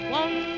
one